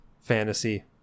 fantasy